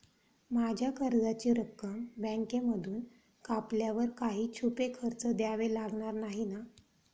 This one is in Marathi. माझ्या कर्जाची रक्कम बँकेमधून कापल्यावर काही छुपे खर्च द्यावे नाही लागणार ना?